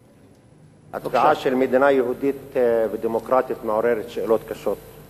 התוצאה של מדינה יהודית ודמוקרטית מעוררת שאלות קשות: